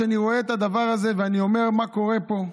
אני רואה את הדבר הזה ואני אומר: מה קורה פה?